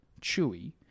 Chewie